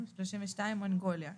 (32) מונגוליה,